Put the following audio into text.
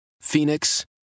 Phoenix